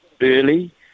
early